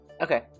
Okay